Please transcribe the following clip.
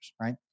right